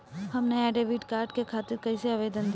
हम नया debit card के खातिर कइसे आवेदन दीं?